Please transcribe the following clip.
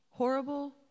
Horrible